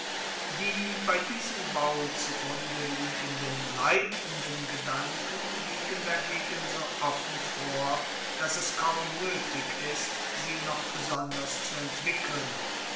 die bei diesem bau zugrunde liegenden leitenden gedanken liegen dagegen so offen vor dass es kaum noetig ist sie noch besonders zu entwickeln